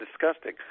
disgusting